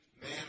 Man